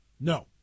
No